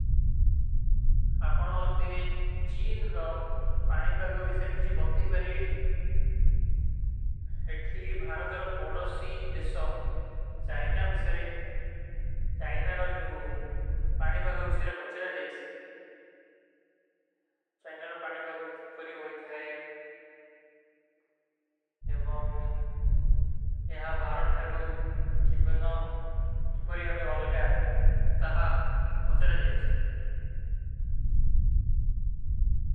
ଆପନା ମୋ ଯେ ଇତତେ ଚୀନ ଔର ପାନି ପାଗ ଵିସର କିଛୀ ବତ ଠୀପାରୀ ହଲୀ କେ? ଇତି ଭାରତ ଔର ପଡସୀ ଦିଶ୍ର ଚାଇନା ଵିେ ଚାଇନାନ ଡଈ ପାଗ କୀ ପରଜ ଜା ଜାଏଚ୍ଯ ଯେଫନ। ଅଗା ବିଭାନ ହମାଦା କଜଂ ଅଗର ଆପକୋ ଇପନେ ପଡତ କରତା ହୈ, ଆପକୋ ଇପନେ ପଡତ କରତା ହୈ, ଆପକୋ ଇପନେ ପଡତ କରତା ହୈ, ଆପକୋ ଇପନେ ପଡତ କରତା ହୈ, ଆପକୋ ଇ ଆପକୋ ଇପନେ ପଡତ କରତା ହୈ, ଆପକୋ ଇପନେ ପଡତ କରତା ହୈ, ଆପକୋ ଇପନେ ପଡତ କରତା ହୈ, ଆପକୋ ଇପନେ ପଡତ କରତା ହୈ, ଆପକୋ ଇପନେ।